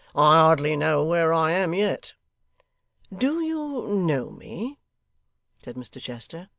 i hardly know where i am yet do you know me said mr chester.